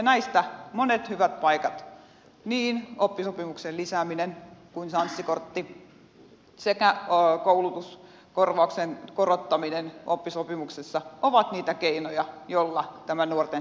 näistä monet hyvät paikat niin oppisopimuksen lisääminen kuin sanssi kortti sekä koulutuskorvauksen korottaminen oppisopimuksessa ovat niitä keinoja joilla tämä nuorten tilanne paranee